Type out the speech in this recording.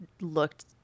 looked